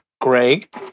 Greg